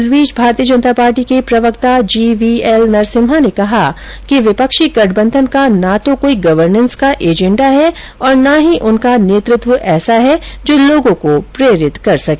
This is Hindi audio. इस बीच भारतीय जनता पार्टी के प्रवक्ता जीवीएल नरसिम्हा ने कहा कि विपक्षी गठबंधन का न तो कोई गवर्नेस का एजेंडा है और न ही उनका नेतृत्व ऐसा है जो लोगों को प्रेरित कर सके